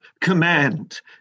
command